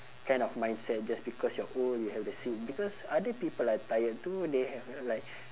kind of mindset just because you're old you have the seat because other people are tired too they have like